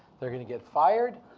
they're gonna get fired,